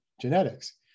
genetics